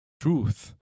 truth